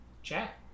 Chat